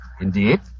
Indeed